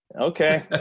Okay